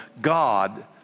God